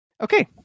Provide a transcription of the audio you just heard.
Okay